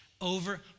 over